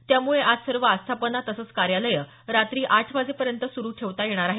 त्यामुळे आज सर्व आस्थापना तसंच कार्यालयं रात्री आठ वाजेपर्यंत सुरू ठेवता येणार आहेत